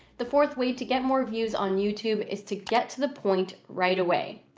the fourth way to get more views on youtube is to get to the point right away.